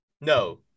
No